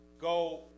go